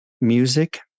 music